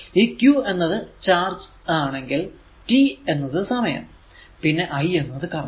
ഈ q എന്നത് charge ആണെങ്കിൽ പിന്നെ t എന്നത് സമയം പിന്നെ i എന്നത് കറന്റ്